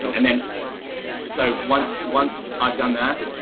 so and then so once once i've done that,